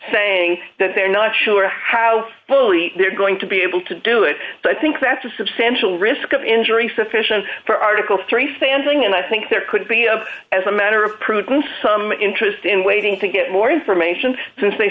saying that they're not sure how fully they're going to be able to do it so i think that's a substantial risk of injury sufficient for article three standing and i think there could be a as a matter of prudence some interest in waiting to get more information since they